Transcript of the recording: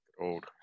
old